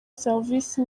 serivisi